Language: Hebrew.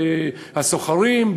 הסוחרים,